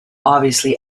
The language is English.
obviously